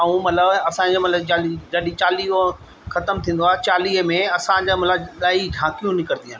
ऐं मतिलबु असांजे मतिलबु चालीह जॾहिं चालीहो ख़तमु थींदो आहे चालीहे में असांजा मतिलबु इलाही झांकियूं निकिरंदी आहिनि